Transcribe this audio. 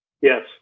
Yes